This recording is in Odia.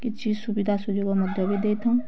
କିଛି ସୁବିଧା ସୁଯୋଗ ମଧ୍ୟ ଦେଇଥାଉ